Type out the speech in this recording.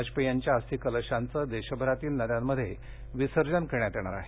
वाजपेयी यांच्या अस्थीकलशांचं देशभरातील नद्यांमध्ये विसर्जन करण्यात येणार आहे